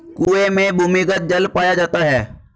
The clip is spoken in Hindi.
कुएं में भूमिगत जल पाया जाता है